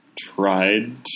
tried